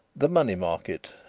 the money market.